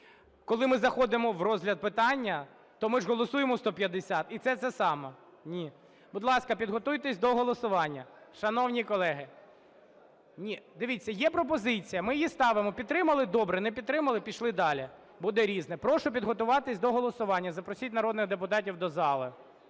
коли ми заходимо в розгляд питання, то ми ж голосуємо 150, і це те саме. Ні. Будь ласка, підготуйтесь до голосування, шановні колеги. Ні, дивіться, є пропозиція, ми її ставимо: підтримали – добре, не підтримали – пішли далі, буде "Різне". Прошу підготуватися до голосування, запросіть народних депутатів до залу.